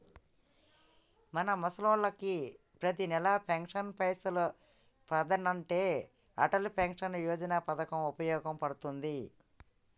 మన ముసలోళ్ళకి పతినెల పెన్షన్ పైసలు పదనంటే అటల్ పెన్షన్ యోజన పథకం ఉపయోగ పడుతుంది